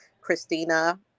Christina